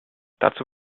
dazu